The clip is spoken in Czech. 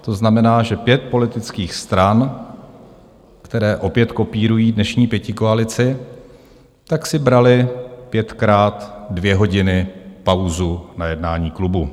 To znamená, že pět politických stran, které opět kopírují dnešní pětikoalici, si bralo pět krát dvě hodiny pauzu na jednání klubu.